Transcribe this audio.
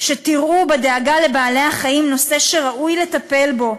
שתראו בדאגה לבעלי-החיים נושא שראוי לטפל בו,